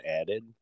added